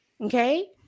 okay